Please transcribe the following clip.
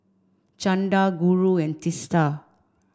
Chanda Guru and Teesta